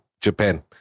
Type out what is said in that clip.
Japan